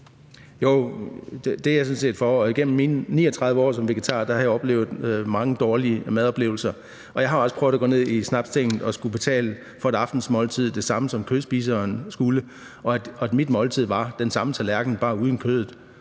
Jo, det er jeg sådan set for, og igennem mine 39 år som vegetar har jeg haft mange dårlige madoplevelser, og jeg har også prøvet at gå ned i Snapstinget og skullet betale for et aftensmåltid – det samme, som kødspiseren skulle – og at mit måltid var den samme tallerken, bare uden kødet.